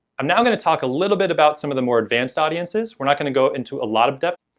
i'm now going to talk a little bit about some of the more advanced audiences, we're not going to go into a lot of depth,